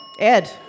Ed